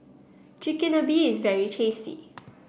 Chigenabe is very tasty